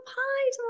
Hi